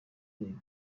imideri